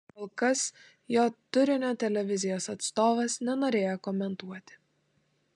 kol kas jo turinio televizijos atstovas nenorėjo komentuoti